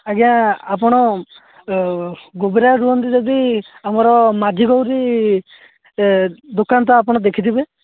ଆଜ୍ଞା ଆପଣ ଗୁବରାରେ ରୁହନ୍ତି ଯଦି ଆମର ମାଝୀ ଗୌରୀ ଦୋକାନ ତ ଆପଣ ଦେଖିଥିବେ